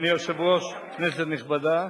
אדוני היושב-ראש, כנסת נכבדה,